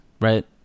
right